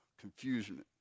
confusion